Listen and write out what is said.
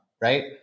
right